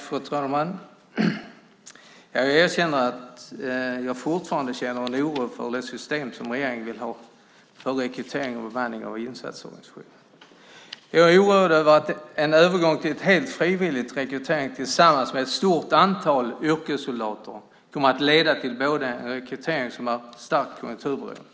Fru talman! Jag erkänner att jag fortfarande känner en oro för det system som regeringen vill ha för rekrytering och behandling av insatsorganisationen. Jag är oroad över att en övergång till en helt frivillig rekrytering tillsammans med ett stort antal yrkessoldater kommer att leda till en starkt konjunkturberoende rekrytering.